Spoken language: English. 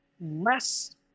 less